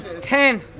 ten